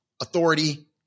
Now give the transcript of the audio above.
authority